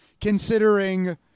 considering